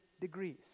degrees